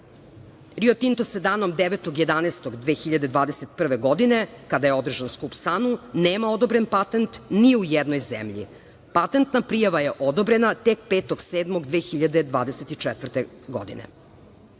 "Rio Tinto" se danom 9. 11. 2021. godine, kada je održan skup SANU, nema odobren patent ni u jednoj zemlji, patentna prijava je odobrena tek 5. 7. 2024. godine.U